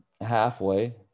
Halfway